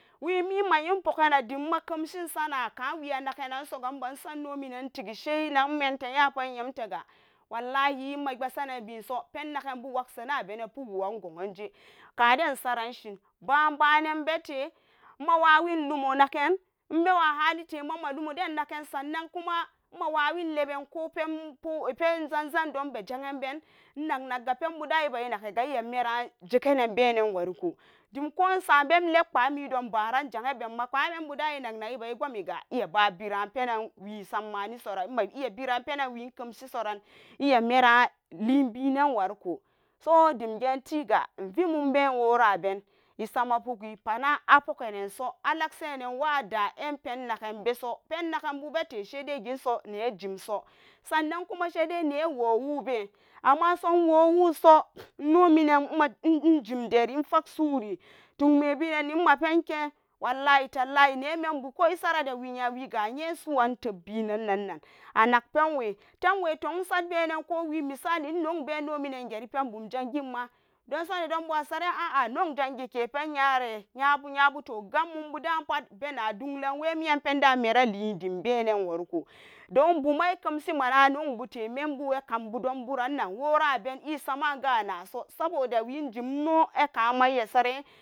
Wemi nmaxin puganan denmakemshin sana kan we mana kannanso imban sonnu sai inagumte nyapat inagumtega wallahi nmagmasan penaganbu guje kadan noksarashing babanabete mawawin lomo nagen imbewa halite nma wawi lomoden tenagan sannan kuma mawawin pen zanzajen naga len buda naga iya wawin pen pudan merin benan wari koh koh wesam be welep kpahmidon para akpam minbu duniga iya babiran saran linbin newariko so demgentiga invemonbe wora a ben isamapulai apukene so wada enpen naganbu bele saiken sonten so sannan kuman sai dai wo ben amma saidai luso wo so ino min injen deri infaasori toc mebenane ko isa ra we nya sosuwan anak penwe ko irac be inon bederi pendem donso nedom geke wemian penda maralin de benan warikoh don buman nok bute membu dombu rannan waru.